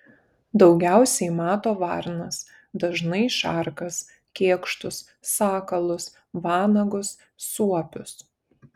daugiausiai mato varnas dažnai šarkas kėkštus sakalus vanagus suopius